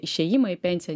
išėjimą į pensiją